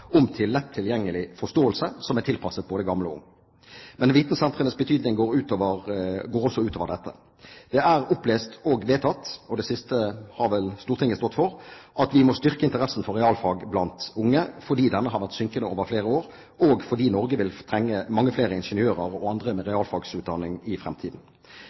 om til lett tilgjengelig forståelse, tilpasset både gammel og ung. Men vitensentrenes betydning går også utover dette. Det er opplest og vedtatt – og det siste har vel Stortinget stått for – at vi må styrke interessen for realfag blant unge, fordi denne har vært synkende over flere år, og fordi Norge vil trenge mange flere ingeniører og andre med realfagsutdanning i